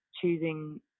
choosing